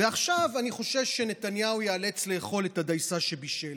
ועכשיו אני חושש שנתניהו ייאלץ לאכול את הדייסה שבישל.